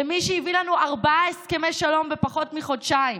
למי שהביא לנו ארבעה הסכמי שלום בפחות מחודשיים,